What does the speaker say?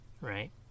right